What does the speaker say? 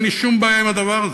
אין לי שום בעיה עם הדבר הזה,